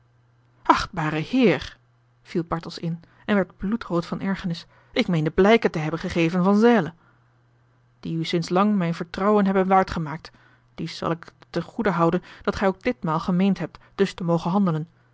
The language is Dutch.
achtbare heer viel bartels in en werd bloedrood van ergernis ik meende blijken te hebben gegeven van zèle die u sinds lang mijn vertrouwen hebben waard gemaakt dies zal ik het ten goede houden dat gij ook ditmaal gemeend hebt dus te mogen handelen